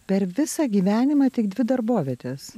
per visą gyvenimą tik dvi darbovietės